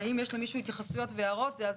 ואם יש למישהו התייחסויות והערות זה הזמן.